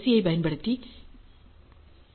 யைப் பயன்படுத்தி பி